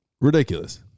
Ridiculous